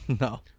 No